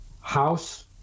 House